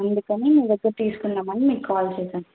అందుకని మీ దగ్గర తీసుకుందామని మీకు కాల్ చేశాను